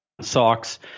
socks